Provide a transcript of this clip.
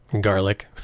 garlic